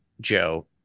Joe